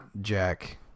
Jack